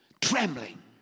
Trembling